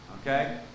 Okay